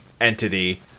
entity